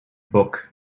book